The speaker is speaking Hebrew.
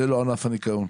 זה לא ענף הניקיון.